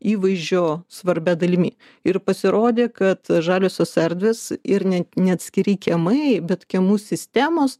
įvaizdžio svarbia dalimi ir pasirodė kad žaliosios erdvės ir ne neatskiri kiemai bet kiemų sistemos